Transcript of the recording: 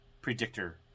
predictor